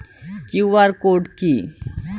QR code কি?